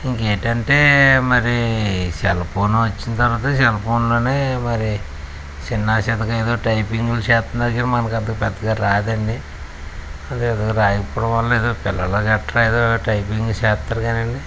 ఇంకా ఏంటంటే మరి సెల్ఫోన్ వచ్చిన తర్వాత సెల్ఫోన్లో మరి చిన్నా చితక ఏదో టైపింగులు చేస్తున్నారు కానీ మనకు అంత పెద్దగా రాదు అండి అది ఏదో ఇప్పుడు పిల్లలు గట్రా ఏదో టైపింగులు చేస్తారు కానీయండి